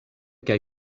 kaj